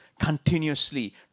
Continuously